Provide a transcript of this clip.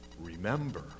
Remember